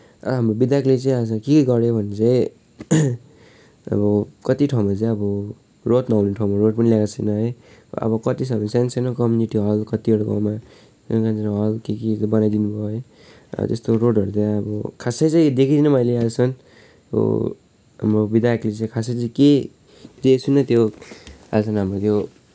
हाम्रो विधायकले चाहिँ अहिले के गऱ्यो भन्दा चाहिँ अब कत्ति ठाउँमा चाहिँ अब रोड नहुने ठाउँमा रोड पनि ल्याएको छैन है अब कति साह्रो सानो सानो कम्युनिटी हल कत्तिवटा गाउँमा बन्यो सानो सानो हल के केको बनाइदिनुभयो है अब त्यस्तो रोडहरू त यहाँ अब खासै चाहिँ देखिनँ मैले है अजसम्म हाम्रो विधायकले चाहिँ खासै चाहिँ के जे सुन्यो त्यो आजसम्म हाम्रो यो